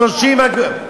30 אגורות.